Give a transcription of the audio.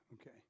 Okay